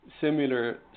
similar